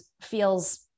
feels